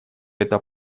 это